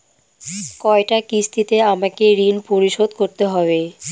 কয়টা কিস্তিতে আমাকে ঋণ পরিশোধ করতে হবে?